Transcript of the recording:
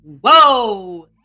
Whoa